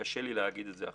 קשה לי להגיד עכשיו.